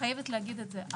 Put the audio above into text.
חייבת להגיד את זה.